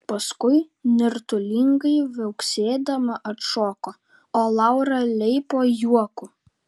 paskui nirtulingai viauksėdama atšoko o laura leipo juoku